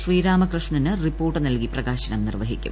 ശ്രീരാമകൃഷ്ണന് report നൽകി പ്രകാശനം നിർവഹിക്കും